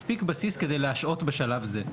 מספיק בסיס כדי להשעות בשלב זה.